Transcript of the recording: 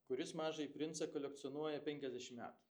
kuris mažąjį princą kolekcionuoja penkiasdešim metų